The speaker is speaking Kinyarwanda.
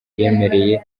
yemereye